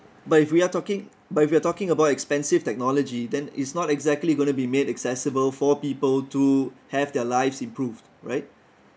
but if we are talking but if you are talking about expensive technology then it's not exactly going to be made accessible for people to have their lives improved right